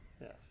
Yes